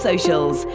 Socials